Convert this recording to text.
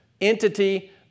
entity